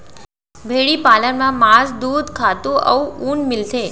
भेड़ी पालन म मांस, दूद, खातू अउ ऊन मिलथे